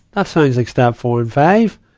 that sounds like steps four and five.